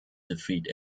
defeat